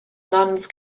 nuns